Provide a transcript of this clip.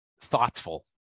thoughtful